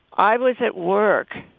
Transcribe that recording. i was at work.